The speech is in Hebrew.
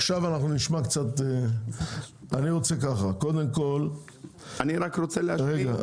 עכשיו אנחנו נשמע קצת --- אני רק רוצה להשלים.